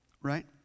Right